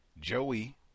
Joey